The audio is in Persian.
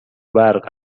برق